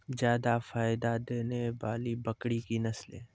जादा फायदा देने वाले बकरी की नसले?